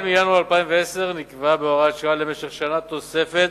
מינואר 2010 נקבעה בהוראת שעה למשך שנה תוספת